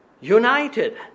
united